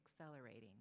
accelerating